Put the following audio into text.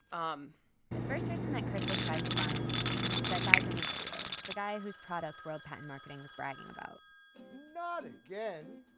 um the first person that crystal tries to find is that guy from the videos, the guy whose product world patent marketing was bragging about not again.